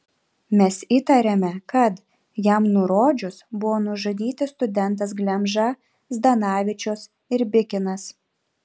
mes įtarėme kad jam nurodžius buvo nužudyti studentas glemža zdanavičius ir bikinas